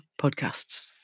podcasts